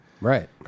Right